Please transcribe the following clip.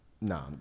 no